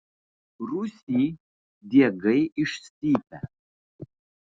rūsy diegai išstypę